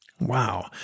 Wow